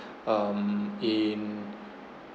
um in